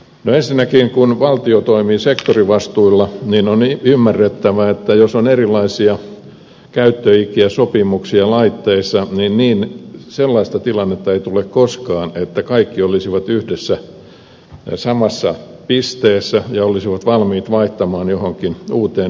ensinnäkin kun valtio toimii sektorivastuilla niin on ymmärrettävää että jos on erilaisia käyttöikiä sopimuksia laitteissa niin sellaista tilannetta ei tule koskaan että kaikki olisivat yhdessä samassa pisteessä ja olisivat valmiit vaihtamaan johonkin uuteen yhteisesti sovittuun